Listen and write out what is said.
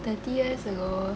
thirty years ago